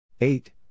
Eight